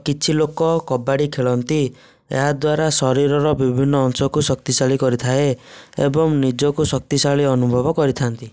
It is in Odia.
କିଛି ଲୋକ କବାଡ଼ି ଖେଳନ୍ତି ଏହାଦ୍ୱାରା ଶରୀରର ବିଭିନ୍ନ ଅଂଶକୁ ଶକ୍ତିଶାଳୀ କରିଥାଏ ଏବଂ ନିଜକୁ ଶକ୍ତିଶାଳୀ ଅନୁଭବ କରିଥା'ନ୍ତି